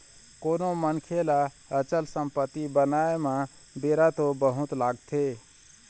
कोनो मनखे ल अचल संपत्ति बनाय म बेरा तो बहुत लगथे